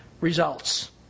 results